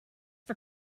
for